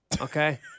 okay